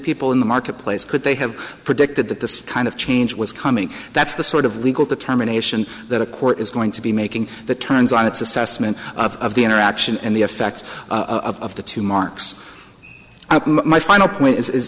people in the marketplace could they have predicted that this kind of change was coming that's the sort of legal determination that a court is going to be making that turns on its assessment of the interaction and the effect of the two marks my final point is